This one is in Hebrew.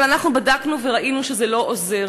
אבל בדקנו וראינו שזה לא עוזר,